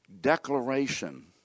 declaration